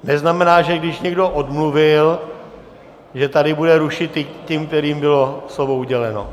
Neznamená, že když někdo odmluvil, že tady bude rušit ty, kterým bylo slovo uděleno.